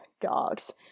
dogs